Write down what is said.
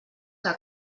que